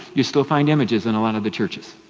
you still find images in a lot of the churches,